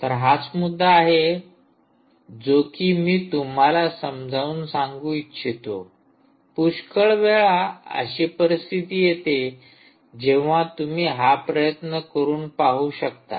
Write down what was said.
तर हाच मुद्दा आहे जो कि मी तुम्हाला समजावून सांगू इच्छितो पुष्कळवेळा अशी परिस्थिती येते जेंव्हा तुम्ही हा प्रयत्न करून पाहू शकता